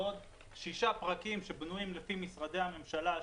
ועוד שישה פרקים שבנויים לפי משרדי הממשלה השונים.